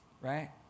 right